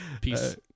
Peace